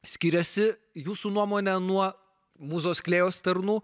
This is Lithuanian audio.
skiriasi jūsų nuomone nuo mūzos klėjaus tarnų